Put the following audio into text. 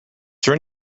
there